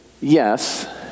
yes